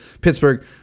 Pittsburgh